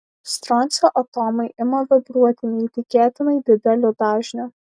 stroncio atomai ima vibruoti neįtikėtinai dideliu dažniu